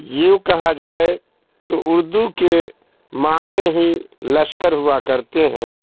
یوں کہا جائے تو اردو کے معنی ہی لشکر ہوا کرتے ہیں